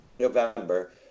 November